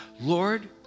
Lord